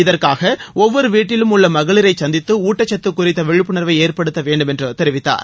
இதற்காக ஒவ்வொரு வீட்டிலும் உள்ள மகளிரை சந்தித்து ஊட்டச்சத்து குறித்த விழிப்புணர்வை ஏற்படுத்த வேண்டும் என்று தெரிவித்தார்